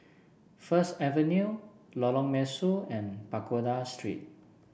First Avenue Lorong Mesu and Pagoda Street